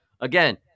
again